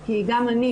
כי גם אני,